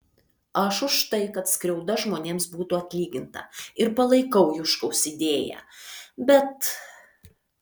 aš už tai kad skriauda žmonėms būtų atlyginta ir palaikau juškaus idėją bet